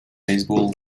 baseball